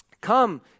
Come